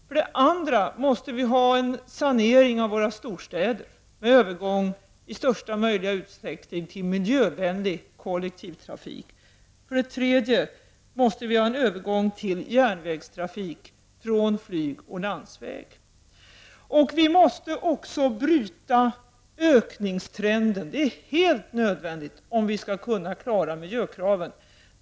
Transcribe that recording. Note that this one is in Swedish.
För det andra måste vi ha en sanering av våra storstäder med övergång i största möjliga utsträckning till miljövänlig kollektivtrafik. För det tredje måste vi ha en övergång till järnvägstrafik från trafik med flyg och på landsväg. Vi måste också bryta ökningstrenden — det är helt nödvändigt om vi skall kunna klara miljökraven.